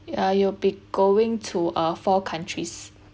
ya you will be going to uh four countries